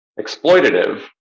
exploitative